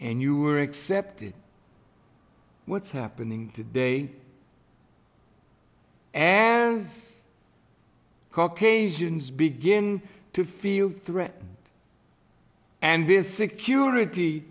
and you were accepted what's happening today and as caucasians begin to feel threatened and this security